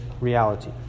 reality